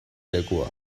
lekua